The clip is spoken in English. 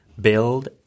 Build